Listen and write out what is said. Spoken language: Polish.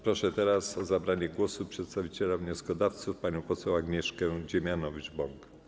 Proszę teraz o zabranie głosu przedstawiciela wnioskodawców panią poseł Agnieszkę Dziemianowicz-Bąk.